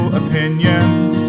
opinions